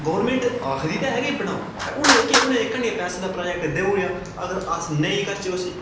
government आखदी ते ऐ किन एह् बनाओ पर उ'नें के हून इक हांडी पैसे दा प्रोजेक्ट देई ओड़ेआ अगर अस नेईं करचै उसी